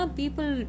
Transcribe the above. people